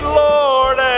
lord